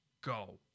Go